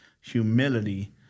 humility